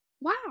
Wow